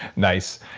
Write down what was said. nice.